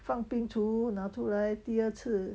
放冰橱拿出来第二次